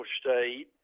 State